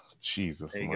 Jesus